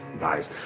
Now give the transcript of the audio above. Nice